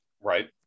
Right